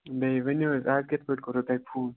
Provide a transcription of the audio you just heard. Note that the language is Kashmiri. بیٚیہِ ؤنِو حظ اَز کِتھٕ پٲٹھۍ کوٚروٕ تۄہہِ فون